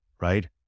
right